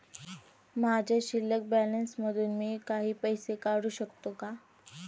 माझ्या शिल्लक बॅलन्स मधून मी काही पैसे काढू शकतो का?